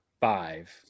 five